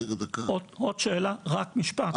עוד שאלה, רק משפט.